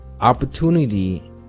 Opportunity